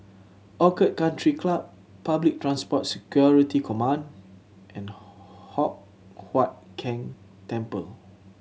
Orchid Country Club Public Transport Security Command and Hock Huat Keng Temple